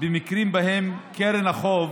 במקרים שבהם קרן החוב